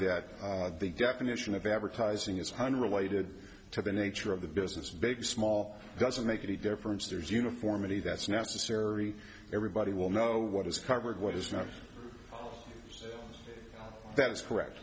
that the definition of advertising is hundred waited to the nature of the business of big small doesn't make any difference there's uniformity that's necessary everybody will know what is covered what is not that's correct